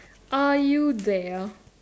are you there